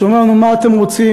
שאמר לנו: מה אתם רוצים,